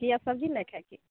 की सब्जी लै के छै की